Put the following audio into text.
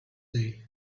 day